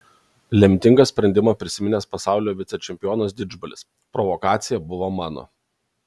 lemtingą sprendimą prisiminęs pasaulio vicečempionas didžbalis provokacija buvo mano